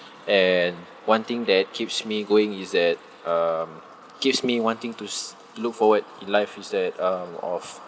and one thing that keeps me going is that um keeps me wanting to s~ look forward in life is that um of